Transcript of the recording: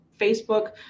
Facebook